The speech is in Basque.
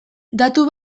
datu